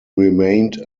remained